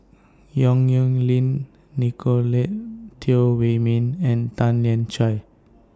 Yong Nyuk Lin Nicolette Teo Wei Min and Tan Lian Chye